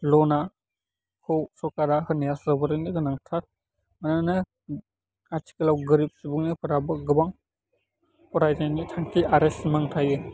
लन आ खौ सरकारा होनाइया जोबोरैनो गोनांथार मानोना आथिखालाव गोरिब सुबुंनिफोराबो गोबां फरायनायनि थांखि आरो सिमां थायो